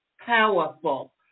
powerful